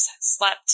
slept